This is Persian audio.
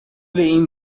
این